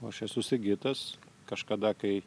o aš esu sigitas kažkada kai